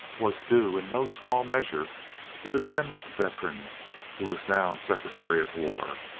was due in no small measure to the grim veteran who was now secretary of war,